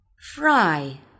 Fry